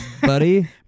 buddy